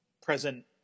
present